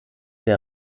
der